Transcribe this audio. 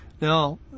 Now